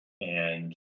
and-